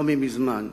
לא מזמן,